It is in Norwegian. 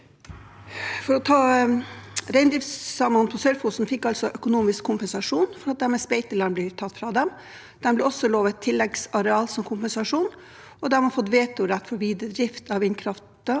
Reindriftssamene på Sør-Fosen fikk altså økonomisk kompensasjon for at deres beiteland blir tatt fra dem. De ble også lovet tilleggsareal som kompensasjon, og de har fått vetorett med hensyn til videre drift av vindkraftverket